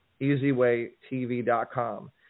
easywaytv.com